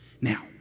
Now